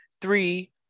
Three